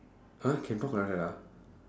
!huh! can talk like that ah